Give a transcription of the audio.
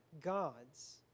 gods